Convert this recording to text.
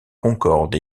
concorde